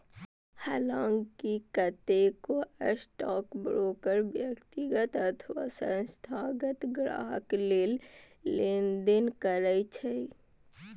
हलांकि कतेको स्टॉकब्रोकर व्यक्तिगत अथवा संस्थागत ग्राहक लेल लेनदेन करै छै